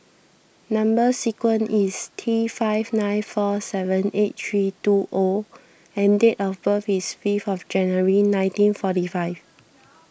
Number Sequence is T five nine four seven eight three two O and date of birth is fifth of January nineteen forty five